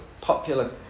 popular